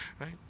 right